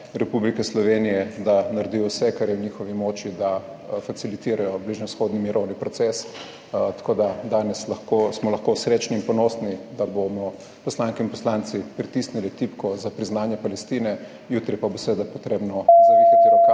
Republike Slovenije, da naredijo vse, kar je v njihovi moči, da facilitirajo bližnjevzhodni mirovni proces. Tako, da danes lahko, smo lahko srečni in ponosni, da bomo poslanke in poslanci pritisnili tipko za priznanje Palestine, jutri pa bo seveda potrebno / znak